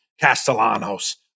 Castellanos